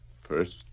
first